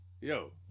Yo